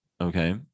okay